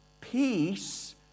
peace